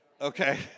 okay